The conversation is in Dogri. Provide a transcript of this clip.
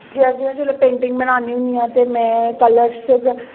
जे में जिसलै में पेंटिंग बनान्नी होन्नी आं ते में कलर